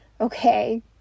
Okay